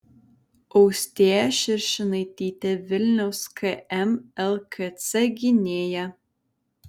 austėja širšinaitytė vilniaus km lkc gynėja